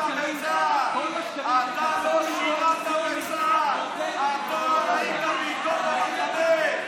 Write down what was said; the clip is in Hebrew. אתה לא שירת בצה"ל, אתה היית בעיתון במחנה.